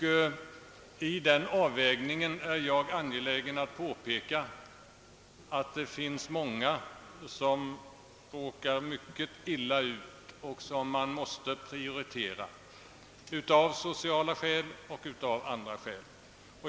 Vid den avvägningen är jag angelägen att påpeka att det finns många som råkar mycket illa ut och som man måste prioritera av sociala skäl och av andra skäl.